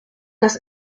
das